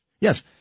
Yes